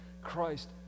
Christ